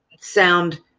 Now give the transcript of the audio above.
sound